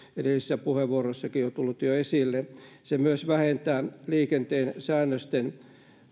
edellisissä puheenvuoroissakin on tullut jo esille se myös vähentää liikenteen säännösten